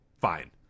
fine